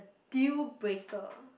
deal breaker